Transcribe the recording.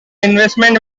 investment